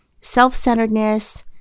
self-centeredness